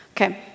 Okay